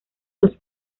los